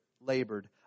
labored